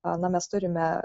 a na mes turime